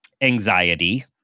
anxiety